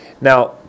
Now